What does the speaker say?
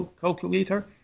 calculator